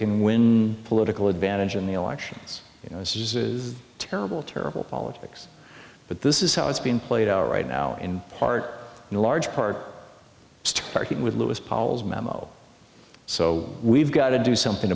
can win political advantage in the elections you know this is terrible terrible politics but this is how it's being played out right now in part in large part starting with louis paul's memo so we've got to do something